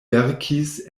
verkis